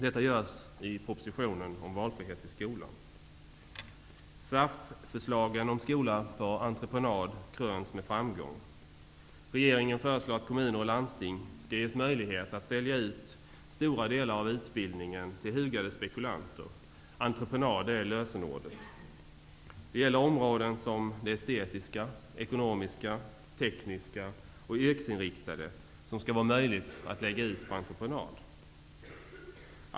Detta görs i propositionen om valfrihet i skolan. SAF-förslagen om skola på entreprenad kröns med framgång. Regeringen föreslår att kommuner och landsting skall ges möjlighet att sälja ut stora delar av utbildningen till hugade spekulanter. Entreprenad är lösenordet. Det gäller områden som de estetiska, ekonomiska, tekniska och yrkesinriktade. Det skall vara möjligt att lägga ut dessa på entreprenad.